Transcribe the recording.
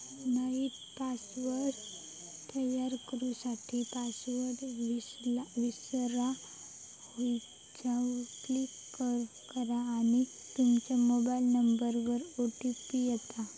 नईन पासवर्ड तयार करू साठी, पासवर्ड विसरा ह्येच्यावर क्लीक करा आणि तूमच्या मोबाइल नंबरवर ओ.टी.पी येता